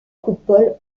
coupole